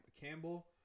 Campbell